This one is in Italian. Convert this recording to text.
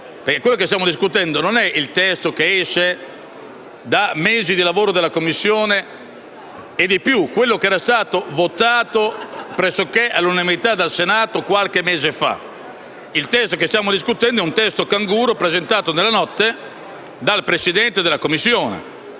quello che stiamo discutendo non è il frutto di mesi di lavoro della Commissione, votato pressoché all'unanimità dal Senato qualche mese fa. Quello che stiamo discutendo è un testo "canguro" presentato nella notte dal Presidente della Commissione